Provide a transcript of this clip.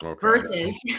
Versus